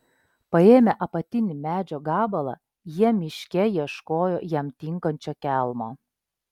paėmę apatinį medžio gabalą jie miške ieškojo jam tinkančio kelmo